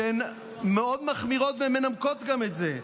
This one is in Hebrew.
שהם מאוד מחמירים ומנמקים את זה.